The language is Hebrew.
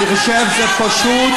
אני חושב שפשוט,